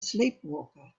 sleepwalker